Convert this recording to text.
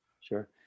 sure